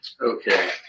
okay